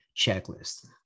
checklist